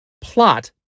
Plot